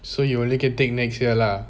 so you only can take next year lah